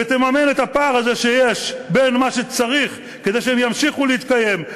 ותממן את הפער הזה בין מה שצריך כדי שהם ימשיכו להתקיים,